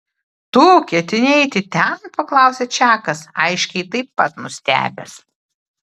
tu ketini eiti ten paklausė čakas aiškiai taip pat nustebęs